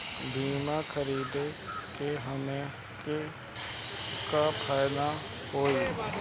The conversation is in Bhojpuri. बीमा खरीदे से हमके का फायदा होई?